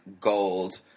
gold